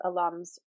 alums